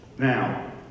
Now